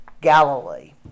Galilee